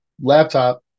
laptop